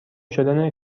شدن